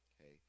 Okay